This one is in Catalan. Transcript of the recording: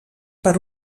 per